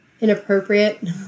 inappropriate